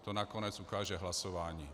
To nakonec ukáže hlasování.